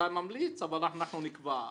אתה ממליץ אבל אנחנו נקבע.